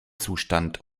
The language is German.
zustand